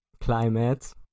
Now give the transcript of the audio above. climate